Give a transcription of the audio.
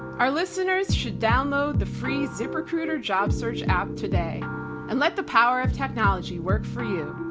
our listeners should download the free ziprecruiter job search app today and let the power of technology work for you.